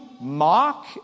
mock